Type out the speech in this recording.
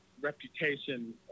reputation